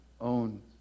own